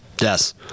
Yes